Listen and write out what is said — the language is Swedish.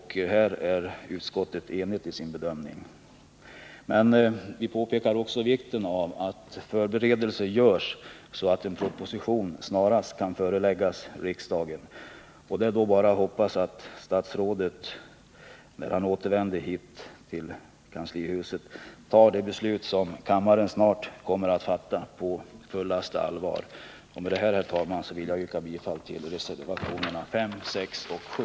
Här är utskottet enigt i sin bedömning. Men utskottet påpekar också vikten av att förberedelser görs, så att en proposition snarast kan föreläggas riksdagen. Det är bara att hoppas att statsrådet tar det beslut som kammaren snart kommer att fatta på fullaste allvar. Med detta vill jag, herr talman, yrka bifall till reservationerna 5, 6 och 7.